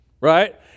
Right